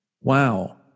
wow